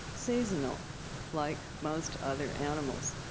seasonal like most other animals.